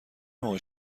موقع